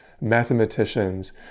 mathematicians